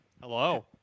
Hello